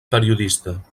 periodista